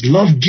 Love